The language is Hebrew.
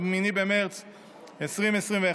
8 במרץ 2021,